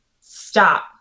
stop